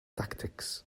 tactics